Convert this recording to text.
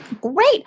Great